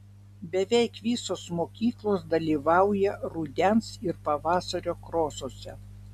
beveik visos mokyklos dalyvauja rudens ir pavasario krosuose